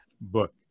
book